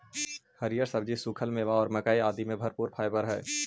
हरिअर सब्जि, सूखल मेवा और मक्कइ आदि में भरपूर फाइवर हई